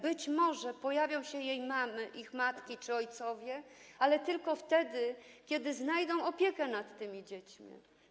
Być może pojawią się ich matki czy ojcowie, ale tylko wtedy, kiedy znajdą opiekę nad tymi dziećmi.